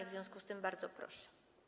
W związku z tym bardzo proszę.